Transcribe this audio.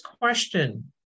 question